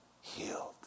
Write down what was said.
healed